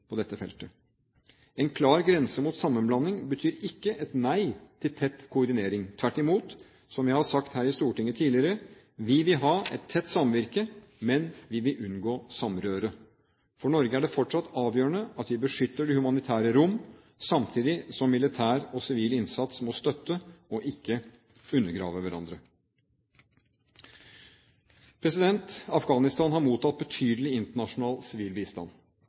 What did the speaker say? på dette feltet. En klar grense mot sammenblanding betyr ikke et nei til tett koordinering. Tvert imot, som jeg har sagt her i Stortinget tidligere: Vi vil ha et tett samvirke, men vi vil unngå samrøre. For Norge er det fortsatt avgjørende at vi beskytter det humanitære rom, samtidig som militær og sivil innsats må støtte og ikke undergrave hverandre. Afghanistan har mottatt betydelig internasjonal